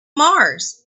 mars